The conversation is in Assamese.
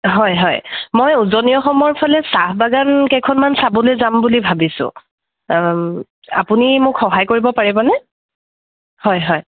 হয় হয় মই উজনি অসমৰ ফালে চাহ বাগান কেইখনমান চাবলৈ যাম বুলি ভাবিছোঁ আপুনি মোক সহায় কৰিব পাৰিবনে হয় হয়